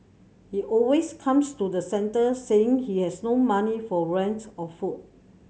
he always comes to the centre saying he has no money for rent or food